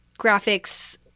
graphics